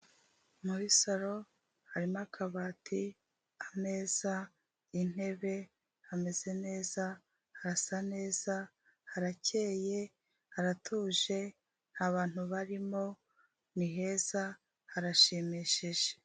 Muri salo harimo akabati, ameza, intebe hameza neza, harasa neza, harakeye, haratuje, nta bantu barimo ni heza harashimishije.